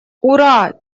ура